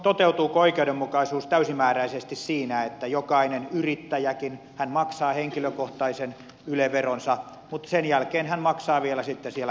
toteutuuko oikeudenmukaisuus täysimääräisesti siinä että jokainen yrittäjäkin maksaa henkilökohtaisen yle veronsa mutta sen jälkeen hän maksaa vielä sitten siellä yrityksessäkin